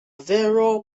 vero